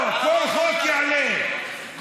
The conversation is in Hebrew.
בכל חוק תעלה לדבר.